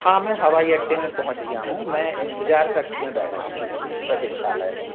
हाँ मैं हवाई अड्डे में पहुँच गया हूँ मैं इंतज़ार कक्ष में बैठा हूँ प्रतीक्षालय में